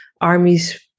armies